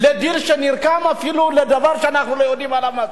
לדיל שנרקם לדבר שאפילו אנחנו לא יודעים עליו מספיק.